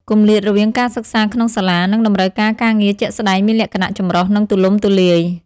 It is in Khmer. គម្លាតរវាងការសិក្សាក្នុងសាលា និងតម្រូវការការងារជាក់ស្តែងមានលក្ខណៈចម្រុះ និងទូលំទូលាយ។